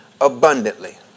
abundantly